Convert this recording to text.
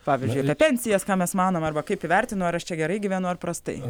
pavyzdžiui apie pensijas ką mes manom arba kaip įvertinu ar aš čia gerai gyvenu ar prastai